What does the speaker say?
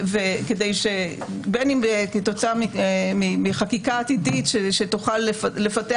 בין אם כתוצאה מחקיקה עתידית שתוכל לפתח,